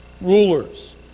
rulers